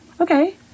okay